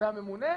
זה הממונה?